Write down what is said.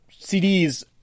CDs